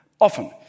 often